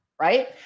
right